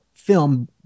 film